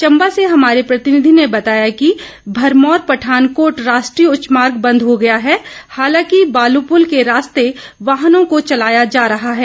चंबा से हमारे प्रतिनिधी ने बताया कि भरमौर पठानकोट राष्ट्रीय उच्च मार्ग बंद हो गया है हालांकि बालूपुल के रास्ते वाहनों को चलाया जा रहा है